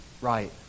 right